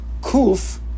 kuf